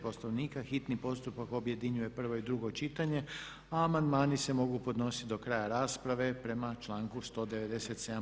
Poslovnika hitni postupak objedinjuje prvo i drugo čitanje a amandmani se mogu podnositi do kraja rasprave prema članku 197.